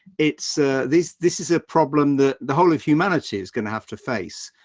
it's a, this, this is a problem that the whole of humanity is going to have to face.